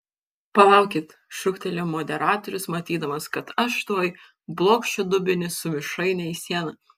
palaukit šūktelėjo moderatorius matydamas kad aš tuoj blokšiu dubenį su mišraine į sieną